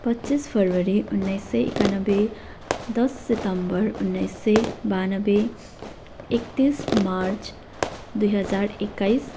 पच्चिस फेब्रुअरी उन्नाइस सय एकानब्बे दस सेप्टेम्बर उन्नाइस सय ब्यानब्बे एक्तिस मार्च दुई हजार एक्काइस